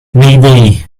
mayday